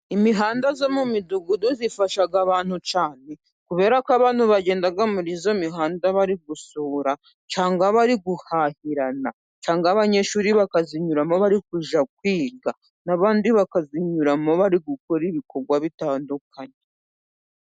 Imihanda yo mu Midugudu ifasha abantu cyane, kubera ko abantu bagenda muri iyo mihanda bari gusura cyangwa bari guhahirana, cyangwa abanyeshuri bakayinyuramo bari kujya kwiga, n'abandi bakayinyuramo bari gukora ibikorwa bitandukanye.